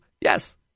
Yes